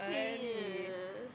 yeah